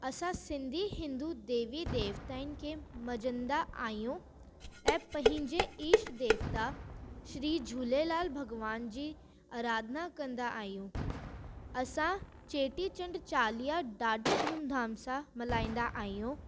असां सिंधी हिंदू देवी देवताउनि खे मञंदा आहियूं ऐं पंहिंजे ईष्ट देवता श्री झूलेलाल भॻवान जी आराधना कंदा आहियूं असां चेटीचंड चालीहा ॾाढे धूमधाम सां मल्हाईंदा आहियूं